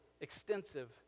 extensive